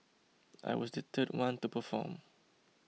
I was the third one to perform